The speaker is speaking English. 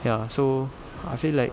ya so I feel like